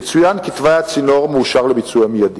יצוין כי תוואי הצינור מאושר לביצוע מיידי.